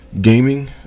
gaming